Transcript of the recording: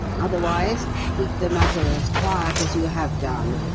otherwise, keep the matter as quiet as you have done,